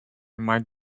might